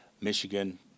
Michigan